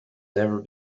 never